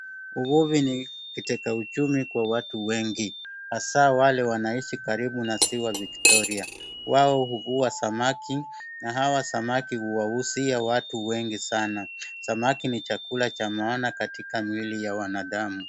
Uvuvi ni kiteka uchumi kwa watu wengi hasa wale wanaishi karibu na ziwa Victoria. Wao huvua samaki na hawa samaki huwauzia watu wengi sana, samaki ni chakula cha maana katika mwili ya wanadamu.